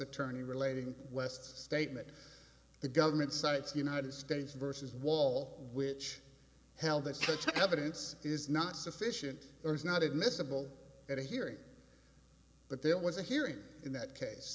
attorney relating west statement that the government cites united states versus wall which held the coach evidence is not sufficient or is not admissible at a hearing but there was a hearing in that case